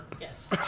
Yes